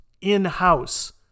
in-house